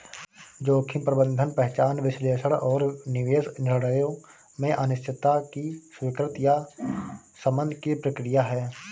जोखिम प्रबंधन पहचान विश्लेषण और निवेश निर्णयों में अनिश्चितता की स्वीकृति या शमन की प्रक्रिया है